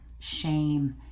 shame